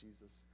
Jesus